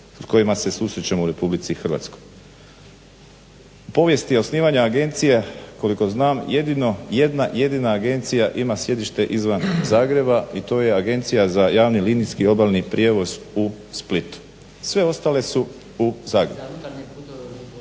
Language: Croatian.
kojima se susrećemo u RH. U povijesti osnivanja agencije koliko znam jedino jedna jedina agencija ima sjedište izvan Zagreba i to je Agencija za javni linijski obalni prijevoz u Splitu. Sve ostale su u Zagrebu.